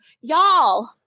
Y'all